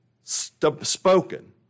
spoken